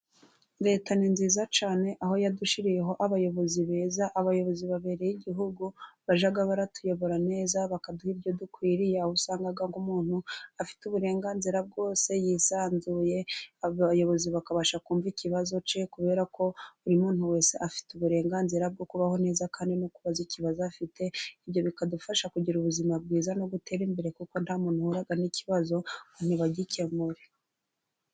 Leta ni nziza cyane aho yadushyiriyeho abayobozi beza abayobozi babereye igihugu, bajya batuyobora neza bakaduha ibyo dukwiriye, aho usanga nk'umuntu afite uburenganzira bwose yisanzuye, abayobozi bakabasha kumva ikibazo cye kubera ko buri muntu wese afite uburenganzira bwo kubaho neza kandi no kubaza ikibazo afite, ibyo bikadufasha kugira ubuzima bwiza no gutera imbere, kuko nta muntu uhura n'ikibazo ngo ntibagikemure.